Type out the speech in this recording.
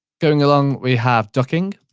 going along, we have ducking.